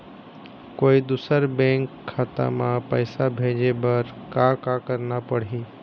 कोई दूसर बैंक खाता म पैसा भेजे बर का का करना पड़ही?